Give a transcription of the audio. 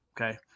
okay